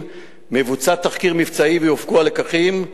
מבוצע תחקיר מבצעי ויופקו הלקחים.